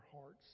hearts